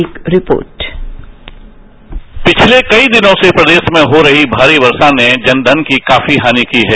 एक रिपोर्ट पिछले कई दिनों से प्रदेश में हो रही भारी वर्षा ने जन धन की काफी हानि की है